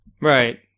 Right